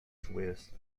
swiss